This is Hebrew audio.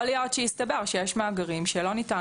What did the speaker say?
יכול להיות שיסתבר שיש מאגרים שלא ניתן